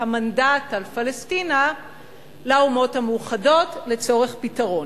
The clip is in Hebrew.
המנדט על פלשתינה לאומות המאוחדות לצורך פתרון.